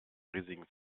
riesigen